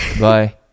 Bye